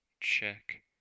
Check